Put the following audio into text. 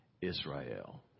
Israel